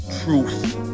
truth